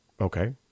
Okay